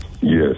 Yes